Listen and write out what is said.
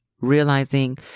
realizing